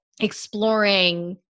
exploring